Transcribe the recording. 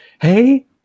hey